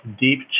deep